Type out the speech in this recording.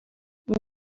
اون